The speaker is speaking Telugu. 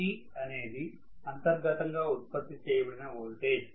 Eg అనేది అంతర్గతంగా ఉత్పత్తి చేయబడిన ఓల్టేజ్